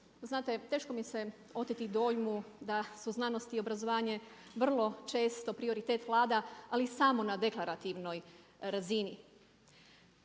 Znate teško mi se oteti dojmu da su znanost i obrazovanje vrlo često prioritet Vlada ali samo na deklarativnoj razini.